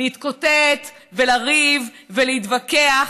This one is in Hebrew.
להתקוטט ולריב ולהתווכח,